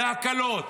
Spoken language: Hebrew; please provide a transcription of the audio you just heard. לתת הקלות